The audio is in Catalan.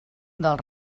del